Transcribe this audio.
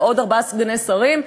ועוד ארבעה סגני שרים,